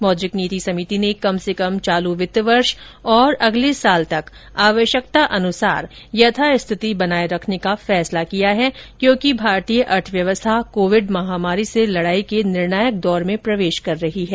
मौद्रिक नीति समिति ने कम से कम चाल वित्त वर्ष और अगले वर्ष तक आवश्यकतानुसार यथास्थिति बनाए रखने का फैसला किया है क्योंकि भारतीय अर्थव्यवस्था कोविड महामारी से लड़ाई के निर्णायक दौर में प्रवेश कर रही है